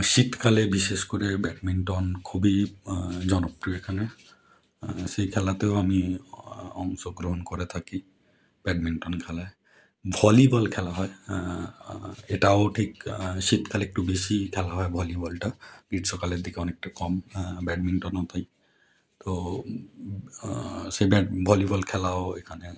শীতকালে বিশেষ করে ব্যাডমিন্টন খুবই জনপ্রিয় এখানে সেই খেলাতেও আমি অংশগ্রহণ করে থাকি ব্যাডমিন্টন খেলায় ভলিবল খেলা হয় এটাও ঠিক শীতকালে একটু বেশিই খেলা হয় ভলিবলটা গ্রীষ্মকালের দিকে অনেকটা কম ব্যাডমিন্টনও তাই তো সেটা ভলিবল খেলাও এখানে